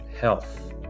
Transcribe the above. health